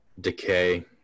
decay